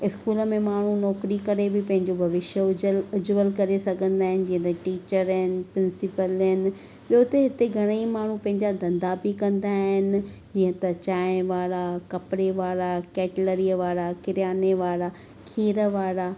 school में माण्हू नौकरी करे बि पंहिंजो भविष्य उज्ज्वल उज्ज्वल करे सघंदा आहिनि जीअं त टीचर आहिनि प्रिंसीपल आहिनि ॿियो त हिते घणा ई माण्हू पंहिंजा धंदा बि कंदा आहिनि जीअं त चांहि वारा कपिड़े वारा कैटलरी वारा किरियाने वारा खीर वारा